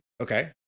Okay